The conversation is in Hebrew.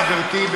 בוודאי, חברתי.